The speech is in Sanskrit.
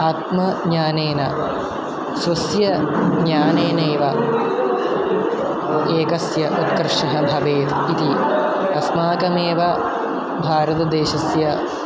आत्मज्ञानेन स्वस्य ज्ञानेनैव एकस्य उत्कर्षः भवेत् इति अस्माकमेव भारतदेशस्य